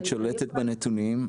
שולטת בנתונים,